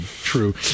true